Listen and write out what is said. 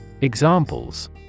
Examples